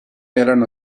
erano